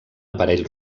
aparell